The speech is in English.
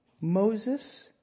Moses